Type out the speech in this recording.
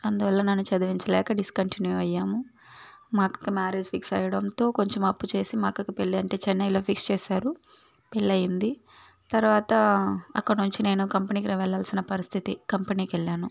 అందువల్ల నన్ను చదివించలేక డిస్కంటిన్యూ అయ్యాము మా అక్కకు మ్యారేజ్ ఫిక్స్ అవడంతో కొంచెం అప్పు చేసి మా అక్కకు పెళ్లి అంటే చెన్నైలో ఫిక్స్ చేశారు పెళ్లి అయ్యింది తర్వాత అక్కడ నుంచి నేను కంపెనీకి వెళ్లాల్సిన పరిస్థితి కంపెనీకెళ్లాను